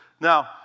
Now